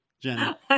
Jenna